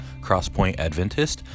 crosspointadventist